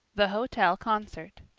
the hotel concert